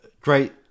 great